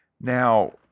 Now